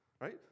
right